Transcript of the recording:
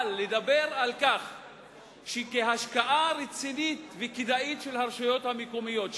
אבל לדבר על כך שכהשקעה רצינית וכדאית של הרשויות המקומיות,